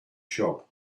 shop